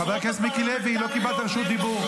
העוזרות הפרלמנטריות הן נותנות הטון פה?